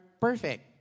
perfect